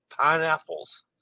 pineapples